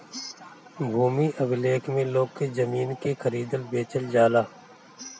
भूमि अभिलेख में लोग के जमीन के खरीदल बेचल जाला